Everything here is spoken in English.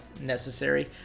necessary